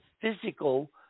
physical